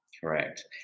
Correct